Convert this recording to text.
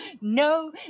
no